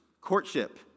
courtship